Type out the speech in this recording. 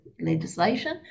legislation